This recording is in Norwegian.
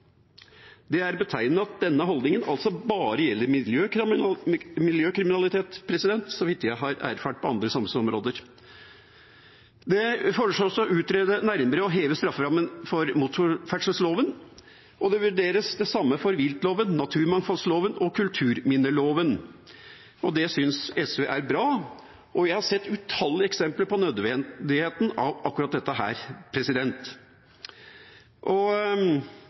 Det er betegnende at denne holdningen bare gjelder miljøkriminalitet, så vidt jeg har erfart, på andre samfunnsområder. Det foreslås å utrede nærmere å heve strafferammen for motorferdselloven, og det vurderes det samme for viltloven, naturmangfoldloven og kulturminneloven. Det synes SV er bra. Jeg har sett utallige eksempler på nødvendigheten av akkurat dette. Med dette tar jeg opp forslagene nr. 19 og